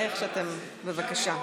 איך שאתם, בבקשה.